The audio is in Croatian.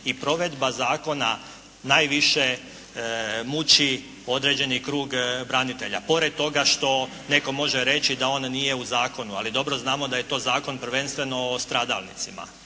I provedba Zakona najviše muči određeni krug branitelja pored toga što netko može reći da on nije u zakonu. Ali dobro znamo da je to zakon prvenstveno o stradalnicima.